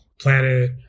planet